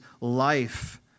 life